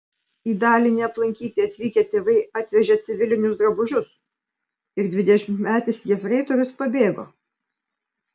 į dalinį aplankyti atvykę tėvai atvežė civilinius drabužius ir dvidešimtmetis jefreitorius pabėgo